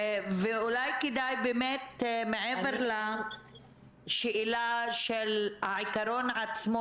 אולי כדאי באמת מעבר לשאלה של העיקרון עצמו,